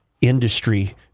industry